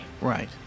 right